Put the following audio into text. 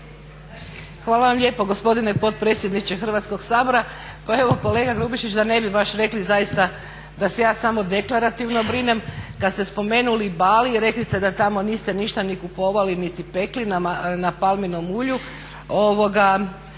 Hvala vam lijepo gospodine potpredsjedniče Hrvatskog sabora. Pa evo kolega Grubišić da ne bi baš rekli zaista da se ja samo deklarativno brinem, kad ste spomenuli Bali rekli ste da tamo niste ništa ni kupovali niti pekli na palminom ulju,